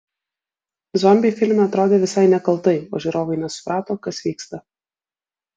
zombiai filme atrodė visai nekaltai o žiūrovai nesuprato kas vyksta